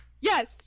yes